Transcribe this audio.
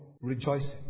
rejoicing